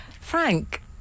Frank